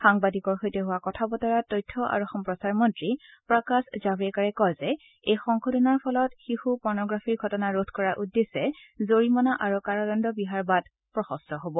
সাংবাদিকৰ সৈতে হোৱা কথা বতৰাত তথ্য আৰু সম্প্ৰচাৰ মন্ত্ৰী প্ৰকাশ জাল্ৰেকাৰে কয় যে এই সংশোধনৰ ফলত শিশু পৰ্ণগ্ৰাফীৰ ঘটনা ৰোধ কৰাৰ উদ্দেশ্যে জৰিমনা আৰু কাৰাদণ্ড বিহাৰ বাট প্ৰশস্ত হ'ব